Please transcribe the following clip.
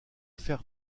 faire